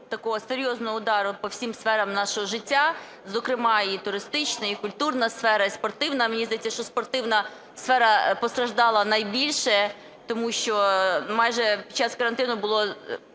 такого серйозного удару по всім сферам нашого життя, зокрема і туристична, і культурна сфера, і спортивна. Мені здається, що спортивна сфера постраждала найбільше, тому що під час карантину було